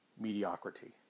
mediocrity